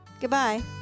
Goodbye